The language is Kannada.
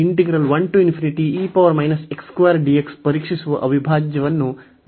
ಮತ್ತು ಇದು ಪರೀಕ್ಷಿಸುವ ಅವಿಭಾಜ್ಯವನ್ನು ನಾವು ತಿಳಿದಿದ್ದೇವೆ